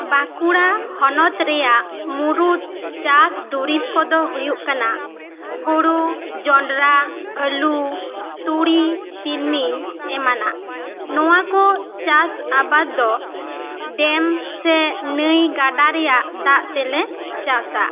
ᱵᱟᱸᱠᱩᱲᱟ ᱦᱚᱱᱚᱛ ᱨᱮᱭᱟᱜ ᱢᱩᱬᱩᱛ ᱪᱟᱥ ᱫᱩᱨᱤᱵᱽ ᱠᱚ ᱫᱚ ᱦᱩᱭᱩᱜ ᱠᱟᱱᱟ ᱦᱳᱲᱳ ᱡᱚᱱᱰᱨᱟ ᱟᱹᱞᱩ ᱛᱩᱲᱤ ᱛᱤᱞᱢᱤᱧ ᱮᱢᱟᱱᱟᱜ ᱱᱚᱣᱟ ᱠᱚ ᱪᱟᱥ ᱟᱵᱟᱫᱽ ᱫᱚ ᱰᱮᱢ ᱥᱮ ᱱᱟᱹᱭ ᱜᱟᱰᱟ ᱨᱮᱭᱟᱜ ᱫᱟᱜ ᱛᱮᱞᱮ ᱪᱟᱥᱟ